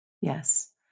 Yes